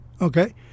Okay